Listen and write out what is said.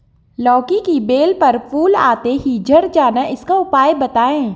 लौकी की बेल पर फूल आते ही झड़ जाना इसका उपाय बताएं?